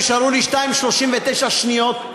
נשארו לי 2:39 דקות,